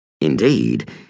Indeed